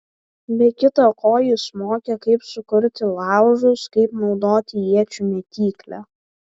be kita ko jis mokė kaip sukurti laužus kaip naudoti iečių mėtyklę